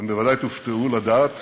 אתם בוודאי תופתעו לדעת